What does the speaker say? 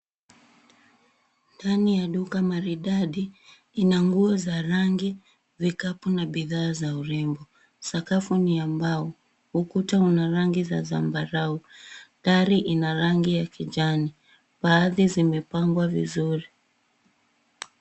Ndani ya duka maridadi, ina nguo za rangi, vikapu na bidhaa za urembo. Sakafu ni ya mbao, ukuta una rangi za zambarau, dari ina rangi ya kijani. Baadhi zimepangwa vizuri.